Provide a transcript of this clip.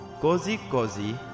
Cozy-cozy